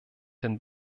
den